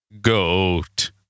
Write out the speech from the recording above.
Goat